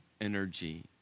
energy